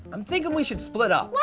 i'm thinking we should split up. what?